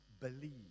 believe